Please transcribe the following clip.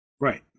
Right